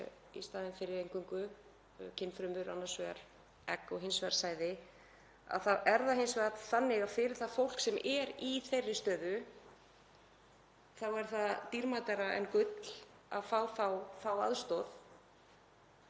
í staðinn fyrir eingöngu kynfrumur, annars vegar egg og hins vegar sæði, þá er það hins vegar þannig að fyrir það fólk sem er í þeirri stöðu er það dýrmætara en gull að fá aðstoð.